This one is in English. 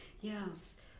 Yes